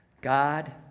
God